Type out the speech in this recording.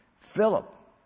Philip